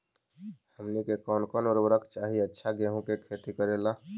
हमनी के कौन कौन उर्वरक चाही अच्छा गेंहू के खेती करेला?